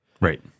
Right